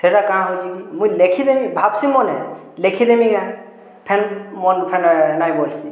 ସେଟା କାଣା ହଉଛି କି ମୁଇଁ ଲେଖି ଦେମି ଭାବସିଁ ମନେ ଲେଖି ଫେନ୍ ମନ୍ ଫେନେ୍ ନାଇଁ ବୋଲ୍ସି